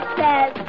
says